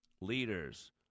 Leaders